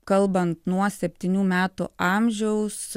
kalbant nuo septynių metų amžiaus